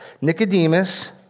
Nicodemus